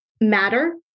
matter